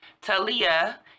Talia